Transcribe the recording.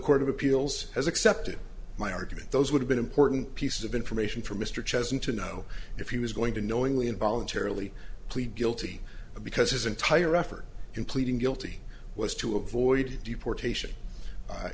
court of appeals has accepted my argument those would have been important pieces of information for mr chosen to know if he was going to knowingly and voluntarily plead guilty because his entire effort in pleading guilty was to avoid